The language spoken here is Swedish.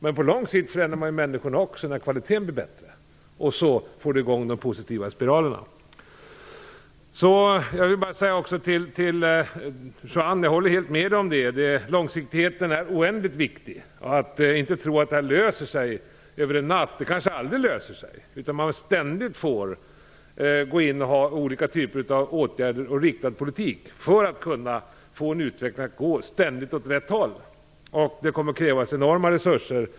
Men på lång sikt förändrar man ju människorna också när kvaliteten blir bättre. Då får man i gång de positiva spiralerna. Till Juan Fonseca vill jag säga att jag helt håller med om att långsiktigheten är oändligt viktig. Man får inte tro att detta löser sig över en natt. Det löser sig kanske aldrig. Man får kanske ständigt gå in och vidta olika åtgärder och ha en riktad politik för att få utvecklingen att ständig gå åt rätt håll. Det kommer att krävas enorma resurser.